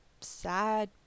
sad